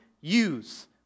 use